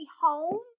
home